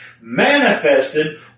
manifested